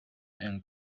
and